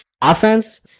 Offense